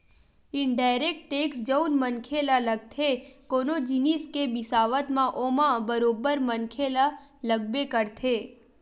indirect tax जउन मनखे ल लगथे कोनो जिनिस के बिसावत म ओमा बरोबर मनखे ल लगबे करथे